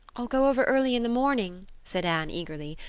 i'll go over early in the morning, said anne eagerly.